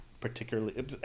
particularly